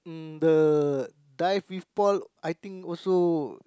um the dive people I think also